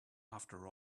after